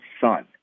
Son